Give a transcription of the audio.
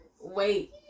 Wait